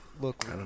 Look